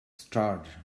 start